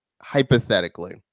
hypothetically